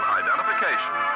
identification